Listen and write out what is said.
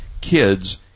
kids